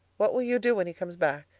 what will you do when he comes back?